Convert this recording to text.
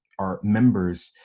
are members.